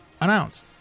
announce